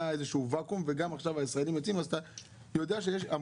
איזה שהוא ואקום וגם עכשיו הישראלים יוצאים אז אתה יודע שיש,